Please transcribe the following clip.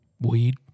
Weed